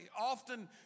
Often